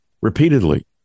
repeatedly